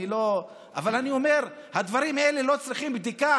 אבל אני אומר: הדברים האלה לא צריכים בדיקה,